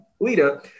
Lita